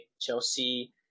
Chelsea